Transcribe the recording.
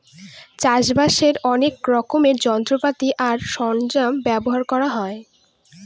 চাষ বাসে অনেক রকমের যন্ত্রপাতি আর সরঞ্জাম ব্যবহার করা হয়